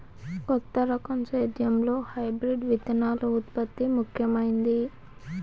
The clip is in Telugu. కొత్త రకం సేద్యంలో హైబ్రిడ్ విత్తనాల ఉత్పత్తి ముఖమైంది